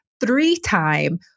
three-time